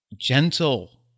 gentle